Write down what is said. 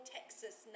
Texas